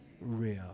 real